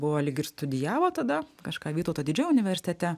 buvo lyg ir studijavo tada kažką vytauto didžiojo universitete